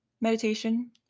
meditation